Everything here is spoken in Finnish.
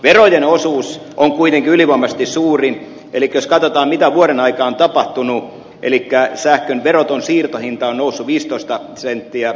verojen osuus on kuitenkin ylivoimaisesti suurin elikkä jos katsotaan mitä vuoden aikana on tapahtunut niin sähkön veroton siirtohinta on usa viisitoista senttiä